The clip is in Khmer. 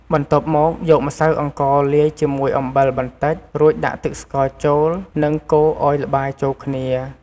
បន្ទាប់មកយកម្សៅអង្កលាយជាមួយអំបិលបន្តិច រួចដាក់ទឹកស្ករចូលនិងកូរឱ្យល្បាយចូលគ្នា។